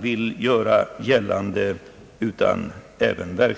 vill göra gällande.